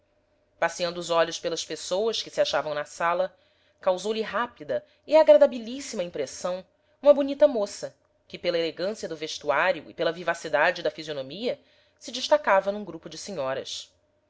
passeando os olhos pelas pessoas que se achavam na sala causou-lhe rápida e agradabilíssima impressão uma bonita moça que pela elegância do vestuário e pela vivacidade da fisionomia se destacava num grupo de senhoras